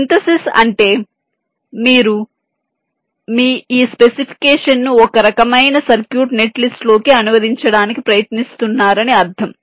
synthesis అంటే మీరు మీ ఈ స్పెసిఫికేషన్ను ఒకరకమైన సర్క్యూట్ నెట్ లిస్ట్ లోకి అనువదించడానికి ప్రయత్నిస్తున్నారని అర్థం